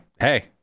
Hey